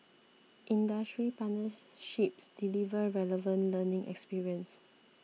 industry partnerships deliver relevant learning experience